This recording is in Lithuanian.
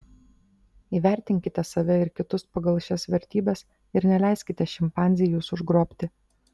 įvertinkite save ir kitus pagal šias vertybes ir neleiskite šimpanzei jus užgrobti